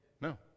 No